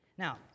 Now